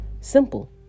Simple